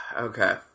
Okay